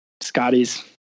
scotty's